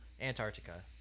Antarctica